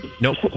Nope